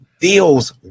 deals